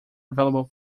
available